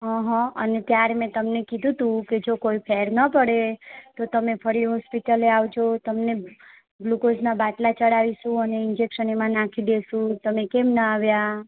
અહં અને ત્યારે મેં તમને કીધું તું કે જો કોઈ ફેર ન પડે તો તમે ફરી હૉસ્પિટલે આવજો તમને ગ્લુકોઝનાં બાટલાં ચઢાવીશું અને ઇન્જેક્શન એમાં નાખી દઇશું તમે કેમ ના આવ્યા